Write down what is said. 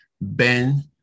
Ben